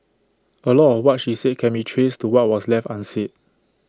A lot of what she said can be traced to what was left unsaid